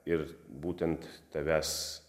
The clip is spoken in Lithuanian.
ir būtent tavęs